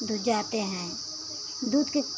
दूध जाते हैं दूध के